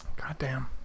Goddamn